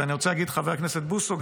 ואני רוצה להגיד לחבר הכנסת בוסו,